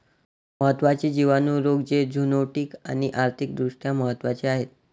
महत्त्वाचे जिवाणू रोग जे झुनोटिक आणि आर्थिक दृष्ट्या महत्वाचे आहेत